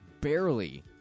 barely